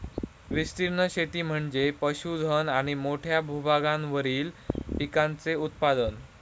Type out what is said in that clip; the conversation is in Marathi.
विस्तीर्ण शेती म्हणजे पशुधन आणि मोठ्या भूभागावरील पिकांचे उत्पादन